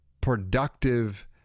productive